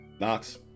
Knox